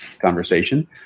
conversation